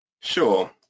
Sure